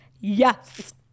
Yes